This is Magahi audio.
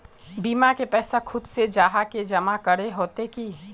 बीमा के पैसा खुद से जाहा के जमा करे होते की?